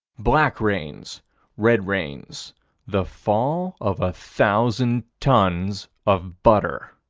black rains red rains the fall of a thousand tons of butter.